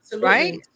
Right